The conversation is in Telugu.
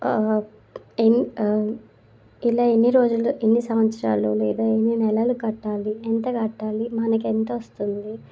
ఎన్ ఇలా ఎన్ని రోజులు ఎన్ని సంవత్సరాలు లేదా ఎన్ని నెలలు కట్టాలి ఎంత కట్టాలి మనకెంత వస్తుంది